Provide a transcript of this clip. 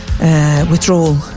withdrawal